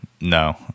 No